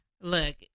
Look